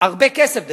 הרבה כסף,